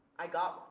i got